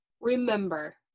Remember